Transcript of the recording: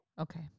Okay